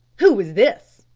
who is this?